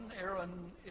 Aaron